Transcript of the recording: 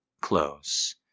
close